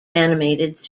animated